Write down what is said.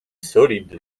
solid